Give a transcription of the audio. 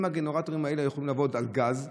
אם הגנרטורים האלה היו יכולים לעבוד על גז,